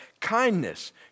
kindness